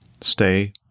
stay